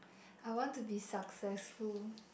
I want to be successful